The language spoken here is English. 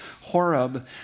Horeb